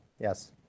Yes